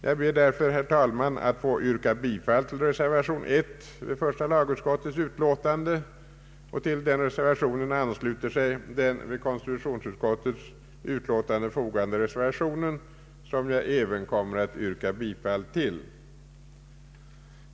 Jag ber därför, herr talman, att få yrka bifall till reservation 1 vid första lagutskottets utlåtande; till denna reservation ansluter sig den vid konstitutionsutskottets utlåtande fogade reservationen, som jag även kommer att yrka bifall till.